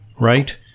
right